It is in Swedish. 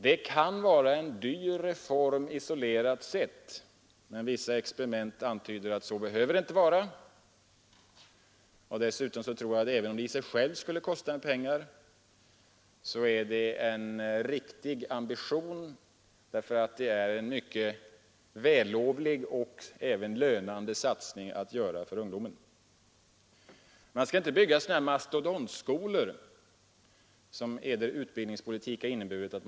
Det kan vara en dyr reform isolerat sett, men vissa experiment antyder att så behöver det inte vara. Dessutom tror jag att även om det i sig självt skulle kosta pengar är det en riktig ambition, därför att det är en vällovlig satsning att göra för ungdomen. Man skall vidare inte bygga sådana här mastodontskolor som Er utbildningspolitik har inneburit.